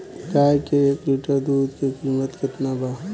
गाय के एक लीटर दुध के कीमत केतना बा?